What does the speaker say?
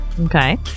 okay